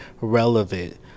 relevant